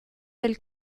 del